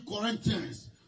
Corinthians